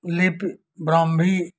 लिपि भ्रांभी